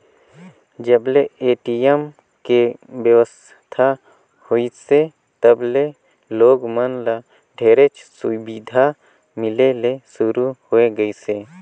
जब ले ए.टी.एम के बेवस्था होइसे तब ले लोग मन ल ढेरेच सुबिधा मिले ले सुरू होए गइसे